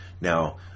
now